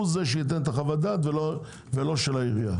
שייתן את חוות הדעת ולא של העירייה.